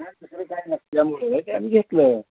दुसरं काय नसल्यामुळे ते आम्ही घेतलं